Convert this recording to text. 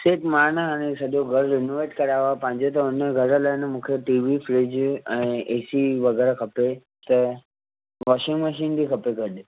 सेठ मां न हाणे सॼो घरु रेनोवेट करायो आहे पंहिंजो त हुन घर लाइ न मूंखे टी वी फ्रिज ऐं ए सी वग़ैरह खपे त मशीन वशीन बि खपे गॾु